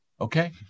okay